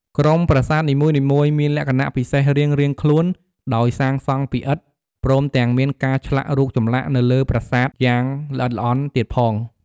ក្រុមប្រាសាទនីមួយៗមានលក្ខណៈពិសេសរៀងៗខ្លួនដោយសាងសង់ពីឥដ្ឋ ព្រមទាំងមានការឆ្លាក់រូបចម្លាក់នៅលើប្រាសាទយ៉ាងល្អិតល្អន់ទៀតផង។